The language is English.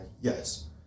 yes